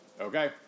Okay